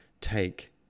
take